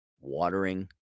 watering